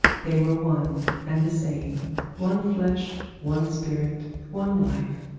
they were one and the same one flesh one spirit one life.